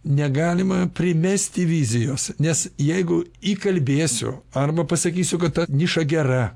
negalima primesti vizijos nes jeigu įkalbėsiu arba pasakysiu kad ta niša gera